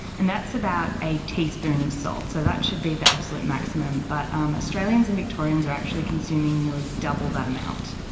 and that's about a teaspoon of salt. so that should be the absolute maximum. but um australians and victorians are actually consuming nearly double that amount.